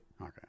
Okay